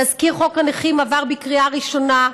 תזכיר חוק הנכים עבר בקריאה ראשונה,